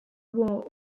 war